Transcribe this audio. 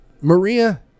Maria